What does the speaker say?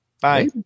bye